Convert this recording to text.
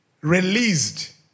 released